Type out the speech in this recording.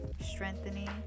strengthening